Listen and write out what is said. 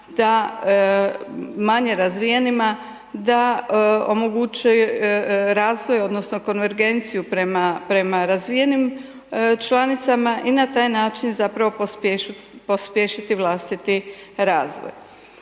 manje razvijenima, da omoguće razvoj odnosno konvergenciju prema, prema razvijenim članicama i na taj način zapravo pospješiti vlastiti razvoj.